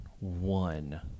one